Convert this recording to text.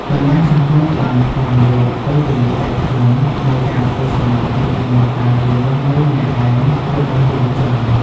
បណ្តាញសង្គមបានប្លន់យក "ពេលវេលាឯកជន" នៃការធ្វើសមាធិ និងការរៀនរស់នៅម្នាក់ឯងរបស់យុវជន។